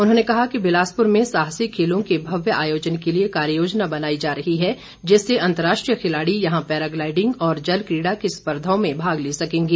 उन्होंने कहा कि बिलासपुर में साहसिक खेलों के भव्य आयोजन के लिए कार्य योजना बनाई जा रही है जिससे अंतर्राष्ट्रीय खिलाड़ी यहां पैराग्लाईडिंग और जलक्रीड़ा की स्पर्धाओं में भाग ले सकेंगे